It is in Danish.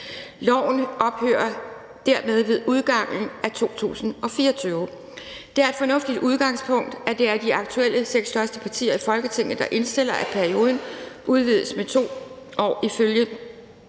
Loven ophører dermed ved udgangen af 2024. Det er et fornuftigt udgangspunkt, at det er de aktuelle seks største partier i Folketinget, der indstiller, at perioden udvides med 2 år ifølge